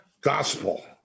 gospel